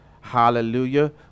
Hallelujah